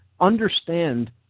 understand